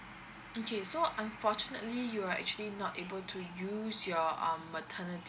okay so unfortunately you are actually not able to use your um maternity